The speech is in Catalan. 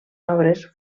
obres